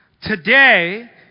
Today